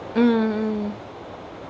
mm